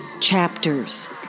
chapters